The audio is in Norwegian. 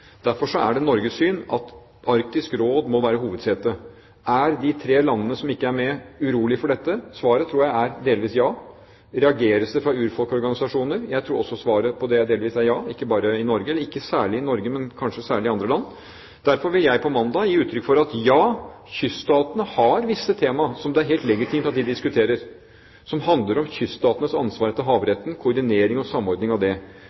Derfor er det Norges syn at Arktisk Råd må være hovedsete. Er de tre landene som ikke er med, urolige for dette? Svaret tror jeg delvis er ja. Reageres det fra urfolkorganisasjoner? Jeg tror også svaret på det delvis er ja – ikke særlig i Norge, men kanskje særlig i andre land. Derfor vil jeg på mandag gi uttrykk for at, ja, kyststatene har visse tema som det er helt legitimt at de diskuterer, som handler om kyststatenes ansvar etter havretten og koordinering og samordning av det.